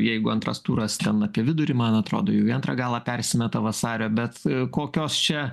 jeigu antras turas ten apie vidurį man atrodo jau į antrą galą persimeta vasario bet kokios čia